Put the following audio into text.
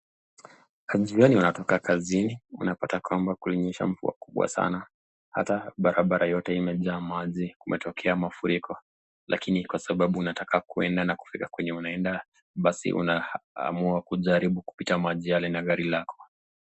Majirani wanatoka kazini wanapata kumenyesha mvua kubwa sana hata barabara yote imejaa maji kumetokea mafuriko lakini kwa sababu unataka kufika kule unakoenda unajaribu kupika kwenye hayo maji na gari lako